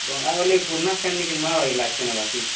ଗଙ୍ଗା ଗଲେ ପୁରୁଣା ପାଣି ନୂଆ ଲାଗସି ନା ବାକି